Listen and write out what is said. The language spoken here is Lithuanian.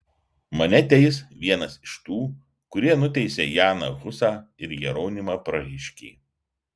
mane teis vienas iš tų kurie nuteisė janą husą ir jeronimą prahiškį